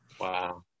Wow